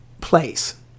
place